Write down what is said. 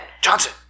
Johnson